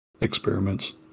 experiments